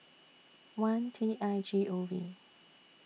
one T I G O V